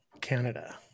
Canada